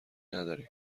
ندارین